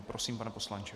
Prosím, pane poslanče.